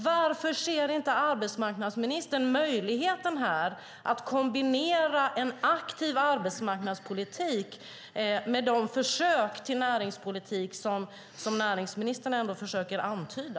Varför ser inte arbetsmarknadsministern möjligheten här att kombinera en aktiv arbetsmarknadspolitik med de försök till näringspolitik som näringsministern ändå försöker antyda?